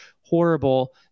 horrible